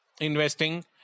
investing